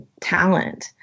talent